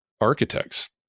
architects